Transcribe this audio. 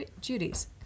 duties